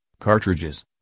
cartridges